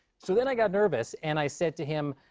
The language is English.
so then i got nervous. and i said to him,